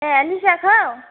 ए लिजा खौ